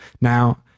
Now